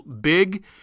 big